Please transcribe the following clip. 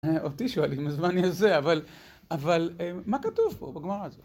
אותי שואלים אז מה אני עושה, אבל, אבל מה כתוב פה בגמרא הזו?